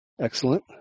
Excellent